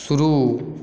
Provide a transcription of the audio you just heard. शुरू